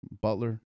Butler